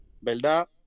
¿verdad